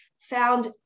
found